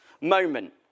moment